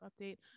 update